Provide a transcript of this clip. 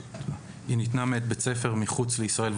(2)היא ניתנה מאת בית ספר מחוץ לישראל,